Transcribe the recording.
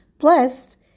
blessed